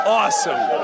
awesome